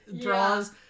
draws